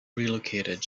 relocated